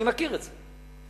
אני מכיר את זה.